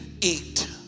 eat